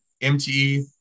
MTE